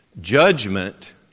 judgment